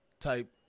type